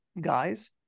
guys